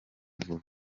vuba